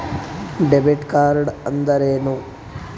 Debit ಕಾರ್ಡ್ಅಂದರೇನು?